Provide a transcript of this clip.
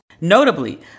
Notably